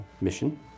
mission